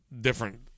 different